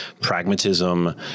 pragmatism